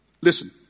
Listen